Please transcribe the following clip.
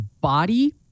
Body